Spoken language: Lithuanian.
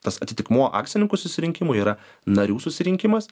tas atitikmuo akcininkų susirinkimui yra narių susirinkimas